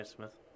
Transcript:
Smith